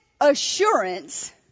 assurance